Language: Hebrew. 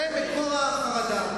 זה מקור החרדה.